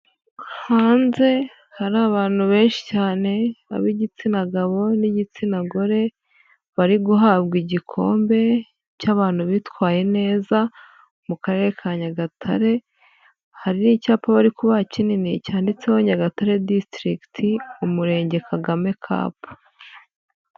Hanze hari abantu benshi cyane ab'igitsina gabo n'igitsina gore, bari guhabwa igikombe cy'abantu bitwaye neza mu karere ka nyagatare, hari n'icyapa bari kubaha kinini cyanditseho Nyagatare (district) ,umurenge kagame (cup).